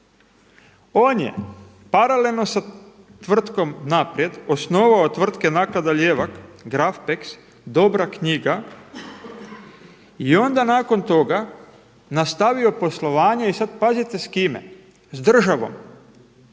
On je paralelno sa tvrtkom „Naprijed“ osnovao tvrtke Naklada „Ljevak“, „Grafpex“, „Dobra knjiga“ i onda nakon toga nastavio poslovanje i sada pazite s kime, s državom.